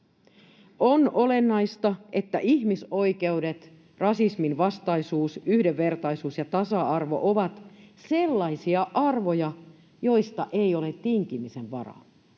On olennaista, että ihmisoikeudet, rasisminvastaisuus, yhdenvertaisuus ja tasa-arvo ovat sellaisia arvoja, joista ei ole tinkimisen varaa